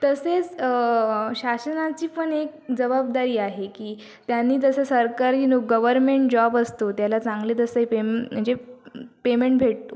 तसेच शासनाची पण एक जबाबदारी आहे की त्यानी जसं सरकारी नोक् गवरमेण जॉब असतो त्याला चांगले तसे पेम् म्हणजे पेमेण भेटतो